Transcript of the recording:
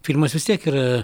filmas vis tiek ir